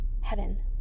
heaven